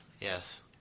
Yes